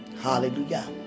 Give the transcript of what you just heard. Hallelujah